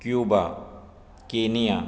Cuba Kenya